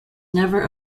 never